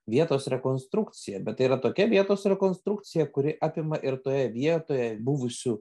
vietos rekonstrukcija bet tai yra tokia vietos rekonstrukcija kuri apima ir toje vietoje buvusių